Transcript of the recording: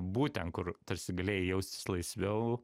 būt ten kur tarsi galėjai jaustis laisviau